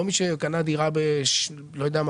לא מי שקנה דירה בלא יודע,